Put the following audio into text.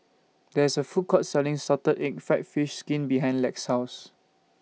There IS A Food Court Selling Salted Egg Fried Fish Skin behind Lex's House